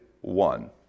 one